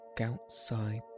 outside